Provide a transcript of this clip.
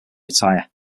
retire